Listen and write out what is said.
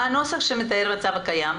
מה הנוסח שמתאר את המצב הקיים?